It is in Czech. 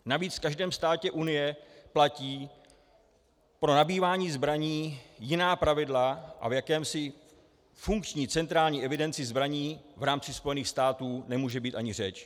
Navíc v každém státě Unie platí pro nabývání zbraní jiná pravidla a v jakési funkční centrální evidenci zbraní v rámci Spojených států nemůže být ani řeč.